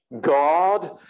God